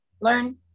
learn